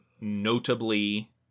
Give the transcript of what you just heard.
notably